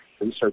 research